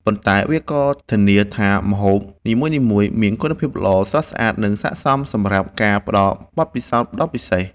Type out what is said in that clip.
ប៉ុន្តែវាក៏ធានាថាម្ហូបនីមួយៗមានគុណភាពល្អ, ស្រស់ស្អាត, និងស័ក្ដសមសម្រាប់ការផ្ដល់បទពិសោធន៍ដ៏ពិសេស។